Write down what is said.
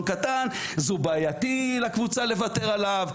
קטן אז בעייתי לקבוצה לוותר עליו,